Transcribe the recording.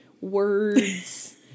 words